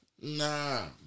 Nah